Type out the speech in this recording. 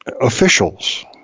officials